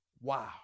Wow